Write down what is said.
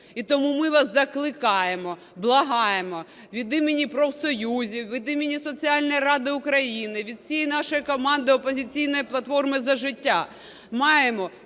І тому ми вас закликаємо, благаємо від імені профсоюзів, від імені соціальної ради України, від всієї нашої команди "Опозиційна платформа – За життя": маймо